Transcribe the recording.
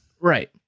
Right